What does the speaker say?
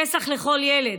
פסח לכל ילד,